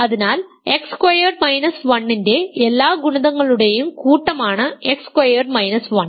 അതിനാൽ x squared minus 1 ന്റെ എല്ലാ ഗുണിതങ്ങളുടെയും കൂട്ടമാണ് എക്സ് സ്ക്വയേർഡ് മൈനസ് 1